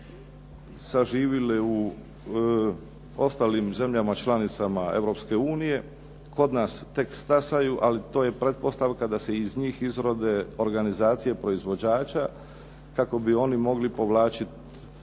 saživile u ostalim zemljama članicama Europske unije, kod nas tek stasaju, ali to je pretpostavka da se iz njih izrode organizacije proizvođača kako bi oni mogli povlačiti